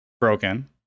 broken